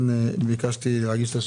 מי נמנע?